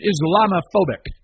Islamophobic